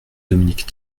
dominique